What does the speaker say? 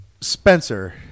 Spencer